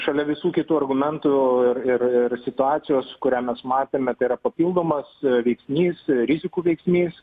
šalia visų kitų argumentų ir ir situacijos kurią mes matėme tai yra papildomas veiksnys rizikų veiksnys